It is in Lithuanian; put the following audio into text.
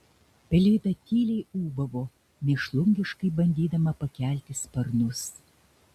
pelėda tyliai ūbavo mėšlungiškai bandydama pakelti sparnus